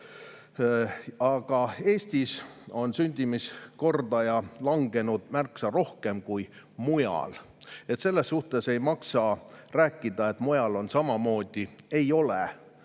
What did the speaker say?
Aga Eestis on sündimuskordaja langenud märksa rohkem kui mujal. Seetõttu ei maksa rääkida, et mujal on samamoodi. Ei ole,